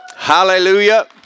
Hallelujah